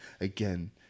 Again